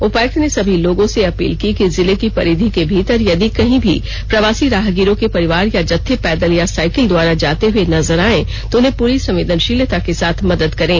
उपायुक्त ने सभी लोगों से अपील की कि जिले की परिधि के भीतर यदि कहीं भी प्रवासी राहगीरों के परिवार या जत्थे पैदल या साइकिल द्वारा जाते हए नजर आएं तो उन्हें पूरी संवेदनशीलता के साथ मदद करें